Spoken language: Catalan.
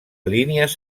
línies